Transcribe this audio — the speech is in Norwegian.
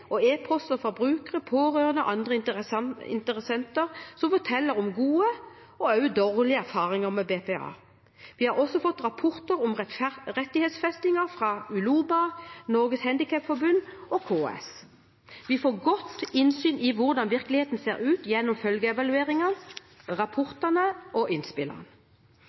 og e-poster fra brukere, pårørende og andre interessenter, som forteller om gode og også dårlige erfaringer med BPA. Vi har også fått rapporter om rettighetsfestingen fra ULOBA, Norges Handikapforbund og KS. Vi får godt innsyn i hvordan virkeligheten ser ut gjennom følgeevalueringene, rapportene og innspillene.